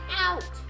out